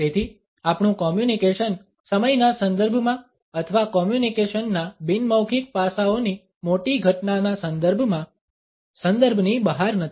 તેથી આપણુ કોમ્યુનિકેશન સમયના સંદર્ભમાં અથવા કોમ્યુનિકેશનના બિન મૌખિક પાસાઓની મોટી ઘટનાના સંદર્ભમાં સંદર્ભની બહાર નથી